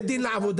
בית דין לעבודה